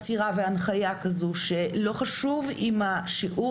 עצירה והנחיה כזו שלא חשוב אם השיעור